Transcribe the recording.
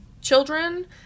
children